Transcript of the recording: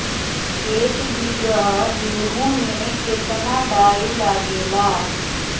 एक बीगहा गेहूं में केतना डाई लागेला?